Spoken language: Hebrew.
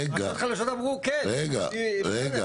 הרשויות החלשות אמרו כן, בסדר.